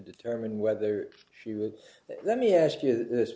determine whether she will let me ask you this